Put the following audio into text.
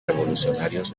revolucionarios